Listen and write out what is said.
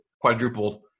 quadrupled